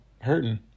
hurting